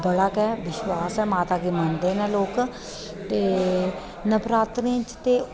बड़ा गै विश्वास ऐ माता गी मन्नदे न लोक ते नवरात्रें च ते